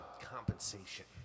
compensation